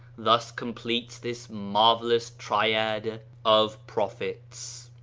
thus completes this marvellous triad of prophets.